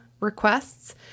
requests